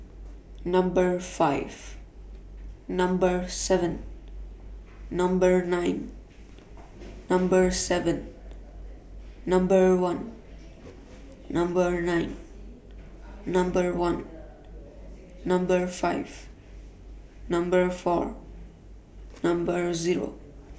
Number five Number seven Number nine Number seven Number one Number nine Number one Number five Number four Number Zero